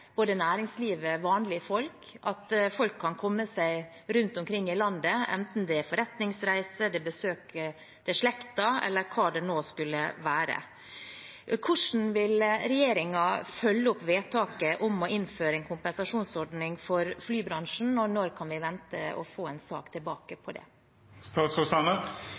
både næringslivet og vanlige folk, at folk kan komme seg rundt omkring i landet, enten det er forretningsreise, å besøke slekten eller hva det nå skulle være. Hvordan vil regjeringen følge opp vedtaket om å innføre en kompensasjonsordning for flybransjen, og når kan vi vente å få en sak tilbake på det?